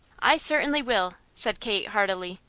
i certainly will, said kate heartily.